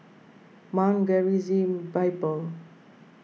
Mount Gerizim Bible